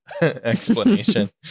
explanation